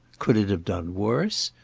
could it have done worse?